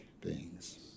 beings